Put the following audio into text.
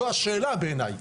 זו השאלה בעיניי.